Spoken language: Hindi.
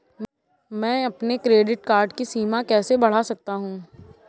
मैं अपने क्रेडिट कार्ड की सीमा कैसे बढ़ा सकता हूँ?